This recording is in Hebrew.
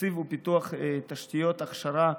תקציב ופיתוח תשתיות הכשרה,